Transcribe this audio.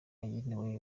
yagenewe